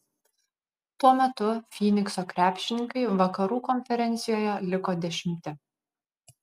tuo metu fynikso krepšininkai vakarų konferencijoje liko dešimti